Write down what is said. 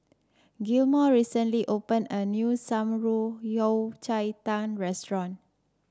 Gilmore recently opened a new Shan Rui Yao Cai Tang restaurant